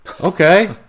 Okay